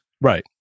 right